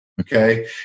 Okay